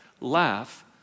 laugh